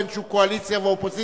בין שהוא קואליציה או אופוזיציה,